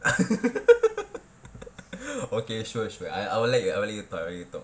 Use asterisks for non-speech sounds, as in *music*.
*laughs* okay sure sure I I will let you talk I will let you talk